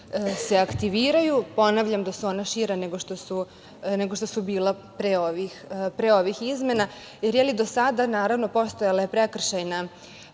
se aktiviraju. Ponavljam da su ona šira nego što su bila pre ovih izmena, jer je do sada, naravno, postojala prekršajna